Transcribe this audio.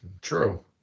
True